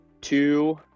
two